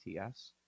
ATS